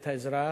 את האזרח,